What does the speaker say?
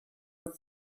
and